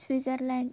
Switzerland